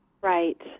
Right